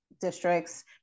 districts